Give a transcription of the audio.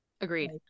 agreed